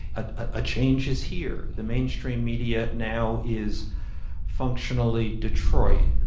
a change is here. the mainstream media now is functionally detroit.